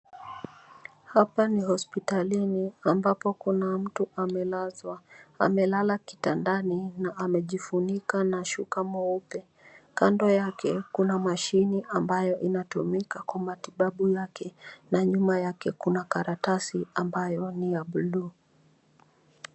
Hapa ni hospitalini ambapo kuna mtu amelazwa. Amelala kitandani na amejifunika na shuka nyeupe. Kando yake kuna mashine ambayo inatumika kwa matibabu yake na nyuma yake kuna karatasi ambayo ni ya buluu.